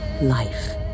Life